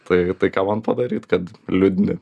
tai tai ką man padaryt kad liūdni